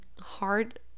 hard